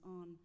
on